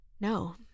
No